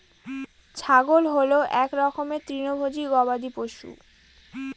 ছাগল হল এক রকমের তৃণভোজী গবাদি পশু